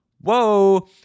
Whoa